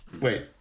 Wait